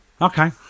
Okay